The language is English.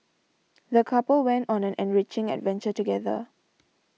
the couple went on an enriching adventure together